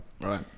Right